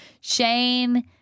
Shane